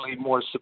more